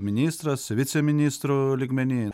ministras viceministro lygmeny